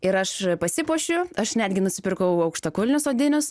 ir aš pasipuošiu aš netgi nusipirkau aukštakulnius odinius